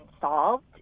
solved